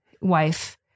wife